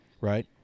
Right